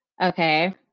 Okay